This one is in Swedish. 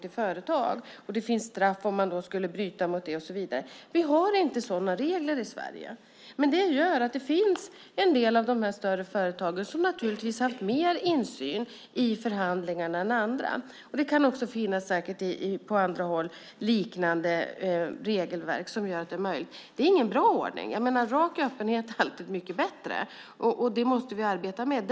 Det finns då straffbestämmelser om man skulle bryta mot sekretessen och så vidare. Vi har inte sådana regler i Sverige. Detta gör att en del större företag har haft mer insyn i förhandlingarna än andra. Det kan säkert också på andra håll finnas regelverk som gör detta möjligt. Detta är ingen bra ordning - rak öppenhet är alltid mycket bättre, och det måste vi arbeta för.